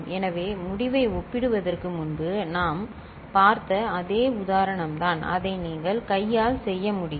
எனவே முடிவை ஒப்பிடுவதற்கு முன்பு நாம் பார்த்த அதே உதாரணம் தான் அதை நீங்கள் கையால் செய்ய முடியும்